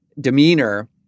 demeanor